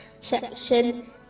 section